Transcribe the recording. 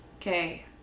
Okay